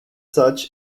such